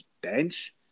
bench